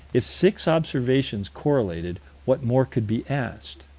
if six observations correlated, what more could be asked?